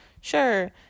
sure